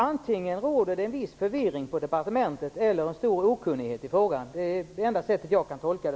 Antingen råder det en viss förvirring på departementet eller en stor okunnighet i frågan. Det är de enda tolkningarna jag kan göra.